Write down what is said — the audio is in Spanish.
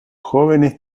jóvenes